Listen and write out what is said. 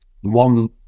One